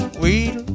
wheel